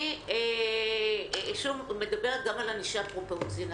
אני מדברת גם על ענישה פרופורציונלית.